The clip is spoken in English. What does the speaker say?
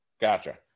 Gotcha